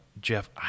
Jeff